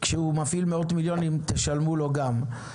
כשהוא מפעיל מאות מיליונים, תשלמו לו גם.